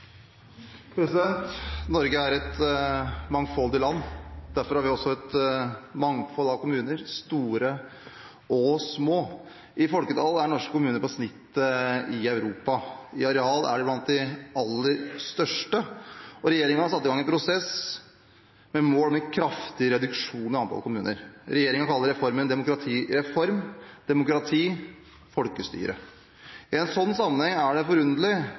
et mangfoldig land, derfor har vi også et mangfold av kommuner – store og små. I folketallet er norske kommuner på snittet i Europa. I areal er de blant de aller største. Regjeringen har satt i gang en prosess med mål om en kraftig reduksjon i antall kommuner. Regjeringen kaller reformen demokratireform – demokrati, folkestyre. I en sånn sammenheng er det forunderlig